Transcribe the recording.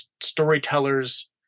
storytellers